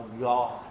God